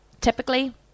typically